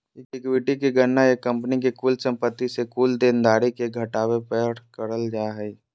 equity के गणना एक कंपनी के कुल संपत्ति से कुल देनदारी के घटावे पर करल जा हय